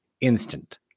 instant